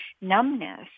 numbness